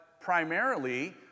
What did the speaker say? primarily